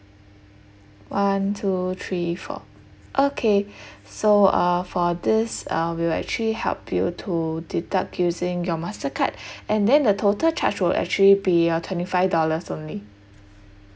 one two three four okay so uh for this uh we'll actually help you to deduct using your mastercard and then the total charge will actually be uh twenty five dollars only